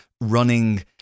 running